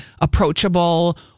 approachable